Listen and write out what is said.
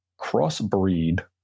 crossbreed